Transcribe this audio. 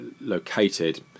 located